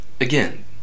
again